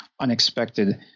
unexpected